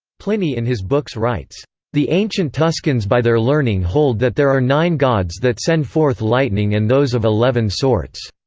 pliny in his books writes the ancient tuscans by their learning hold that there are nine gods that send forth lightning and those of eleven sorts.